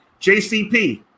jcp